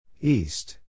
East